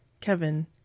Kevin